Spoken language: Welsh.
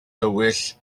dywyll